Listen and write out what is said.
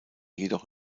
jedoch